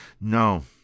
No